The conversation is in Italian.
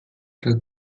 tra